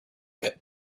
pocket